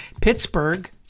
Pittsburgh